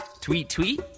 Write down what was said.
Tweet-tweet